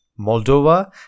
Moldova